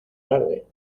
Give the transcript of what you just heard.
tarde